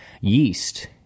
yeast